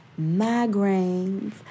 migraines